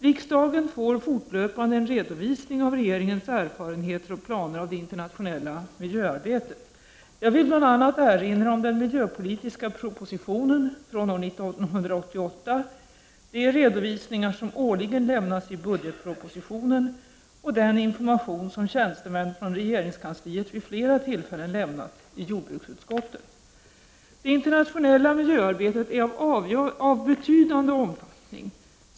Riksdagen får fortlöpande en redovisning av regeringens erfarenheter av och planer för det internationella miljöarbetet. Jag vill bl.a. erinra om den miljöpolitiska propositionen från år 1988, de redovisningar som årligen lämnas i budgetpropositionen och den information som tjänstemän från regeringskansliet vid flera tillfällen lämnat i jordbruksutskottet. Det internationella miljöarbetet är av betydande omfattning.